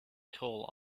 toll